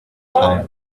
time